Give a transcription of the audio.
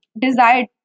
desired